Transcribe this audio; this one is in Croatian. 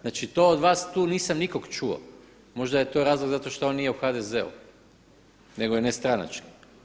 Znači to od vas tu nisam nikog čuo, možda je to razlog zato što on nije u HDZ-u nego je nestranački.